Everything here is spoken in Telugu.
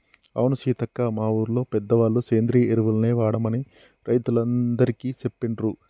అవును సీతక్క మా ఊరిలో పెద్దవాళ్ళ సేంద్రియ ఎరువులనే వాడమని రైతులందికీ సెప్పిండ్రు